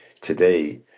today